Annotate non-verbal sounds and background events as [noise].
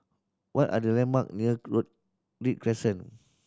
what are the landmark near [unintelligible] Read Crescent